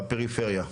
בפריפריה?